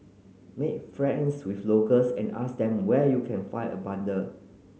make friends with locals and ask them where you can find a bundle